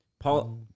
Paul